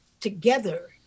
together